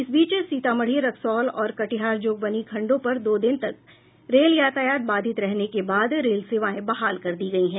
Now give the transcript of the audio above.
इस बीच सीतामढी रक्सौल और कटिहार जोगबनी खंडों पर दो दिन तक रेल यातायात बाधित रहने के बाद रेल सेवाएं बहाल कर दी गई हैं